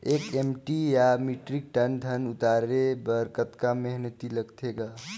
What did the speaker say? एक एम.टी या metric ton धन उतारे बर कतका मेहनती लगथे ग?